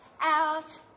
out